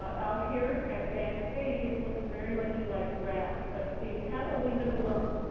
out here, at that stage, it looks very much like grass. but the cattle leave it alone.